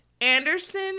Anderson